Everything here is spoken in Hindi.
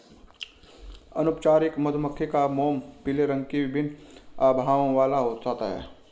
अनुपचारित मधुमक्खी का मोम पीले रंग की विभिन्न आभाओं वाला हो जाता है